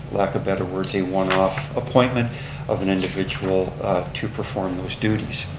lack of better words, a one off appointment of an individual to perform those duties.